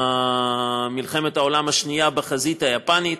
במלחמת העולם השנייה בחזית היפנית.